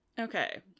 okay